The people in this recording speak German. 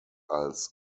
als